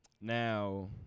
Now